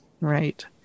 Right